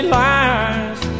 lies